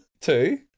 Two